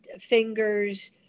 fingers